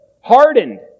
Hardened